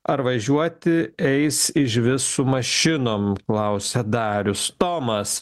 ar važiuoti eis išvis su mašinom klausia darius tomas